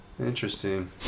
Interesting